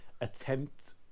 attempt